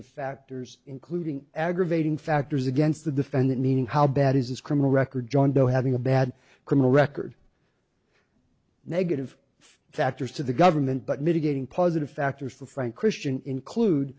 of factors including aggravating factors against the defendant meaning how bad is his criminal record john doe having a bad criminal record negative factors to the government but mitigating positive factors for frank christian include